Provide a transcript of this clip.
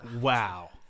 Wow